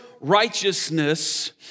righteousness